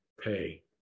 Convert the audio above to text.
pay